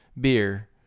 beer